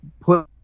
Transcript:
put